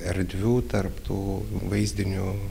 erdvių tarp tų vaizdinių